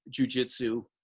jujitsu